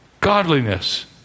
godliness